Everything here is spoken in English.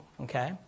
okay